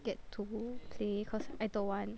get to play cause I don't want